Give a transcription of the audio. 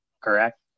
correct